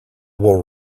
will